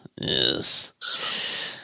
Yes